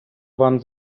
вам